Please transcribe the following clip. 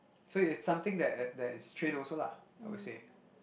so it's something that that is trained also lah I would say